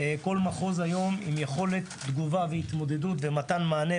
לכל מחוז יש יכולת תגובה והתמודדות ומתן מענה,